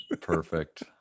Perfect